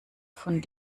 von